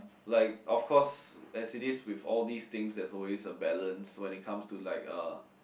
like of course as it is with all these things there's always a balance when it comes to like uh